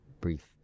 brief